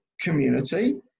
community